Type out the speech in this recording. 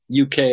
UK